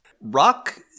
Rock